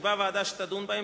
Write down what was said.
שתקבע ועדה שתדון בו,